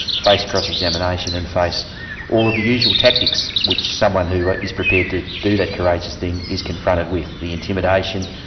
face cross-examination and face all of the usual tactics, which someone who is prepared to do that courageous thing is confronted with the intimidation,